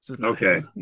okay